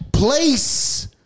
Place